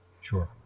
Sure